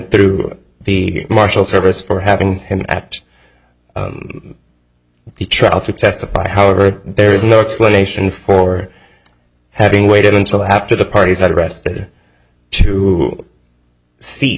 through the marshal service for having him act the trial to testify however there is no explanation for having waited until after the parties had rested to see